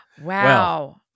wow